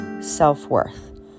Self-Worth